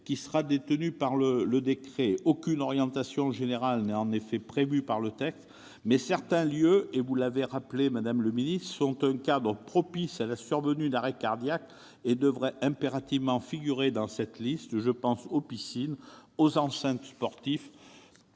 qui sera retenu dans le décret. Aucune orientation générale n'est en effet prévue par le texte, mais certains lieux, vous l'avez rappelé, madame la secrétaire d'État, sont un cadre propice à la survenue d'arrêts cardiaques et devraient impérativement figurer dans cette liste : je pense aux piscines, aux enceintes sportives,